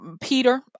Peter